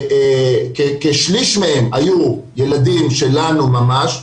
כשליש מהם היו ילדים שלנו ממש,